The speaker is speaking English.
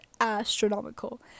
astronomical